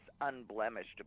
unblemished